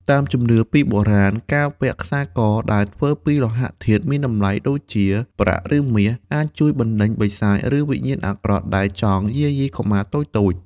តាមជំនឿពីបុរាណ ការពាក់ខ្សែកដែលធ្វើពីលោហៈធាតុមានតម្លៃ ដូចជាប្រាក់ ឬមាស អាចជួយបណ្តេញបិសាច ឬវិញ្ញាណអាក្រក់ដែលចង់យាយីកុមារតូចៗ។